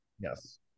Yes